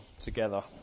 together